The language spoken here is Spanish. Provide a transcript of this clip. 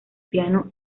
piano